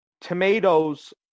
tomatoes